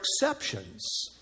exceptions